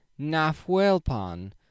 Nafuelpan